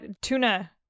Tuna